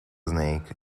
snake